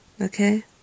Okay